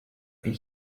and